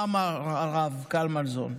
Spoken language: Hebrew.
מה אמר הרב קלמנזון,